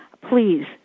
please